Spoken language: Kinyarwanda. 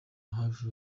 hafi